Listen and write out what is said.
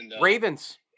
Ravens